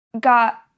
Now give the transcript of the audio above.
got